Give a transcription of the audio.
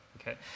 okay